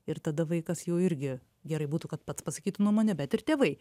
ir tada vaikas jau irgi gerai būtų kad pats pasakytų nuomonę bet ir tėvai